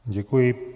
Děkuji.